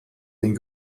den